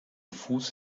fuß